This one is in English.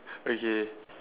okay